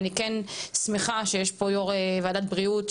אני שמחה שיש פה יו"ר ועדת בריאות,